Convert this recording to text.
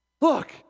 Look